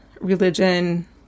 religion